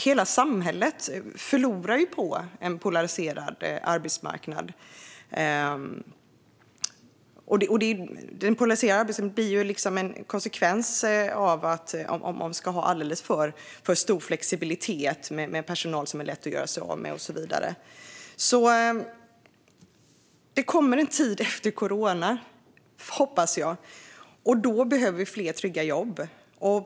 Hela samhället förlorar ju på en polariserad arbetsmarknad, som blir en konsekvens om vi ska alldeles för stor flexibilitet med personal som är lätt att göra sig av med och så vidare. Det kommer en tid efter corona, hoppas jag, och då behöver vi fler trygga jobb.